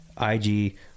IG